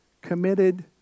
Committed